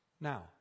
now